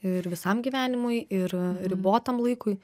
ir visam gyvenimui ir ribotam laikui